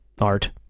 art